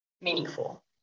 meaningful